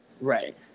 Right